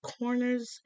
corners